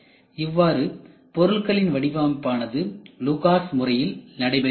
இவ்வாறு பொருளின் வடிவமைப்பானது LUCAS முறையில் நடைபெறுகிறது